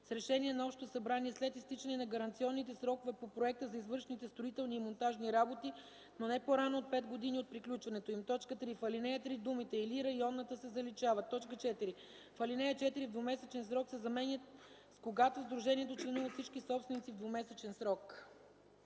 решение на общото събрание след изтичане на гаранционните срокове по проекта за извършените строителни и монтажни работи, но не по-рано от 5 години от приключването им.” 3. В ал. 3 думите „или районната” се заличават. 4. В ал. 4 думите „В двумесечен срок” се заменят с „Когато в сдружението членуват всички собственици в двумесечен срок”.